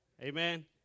Amen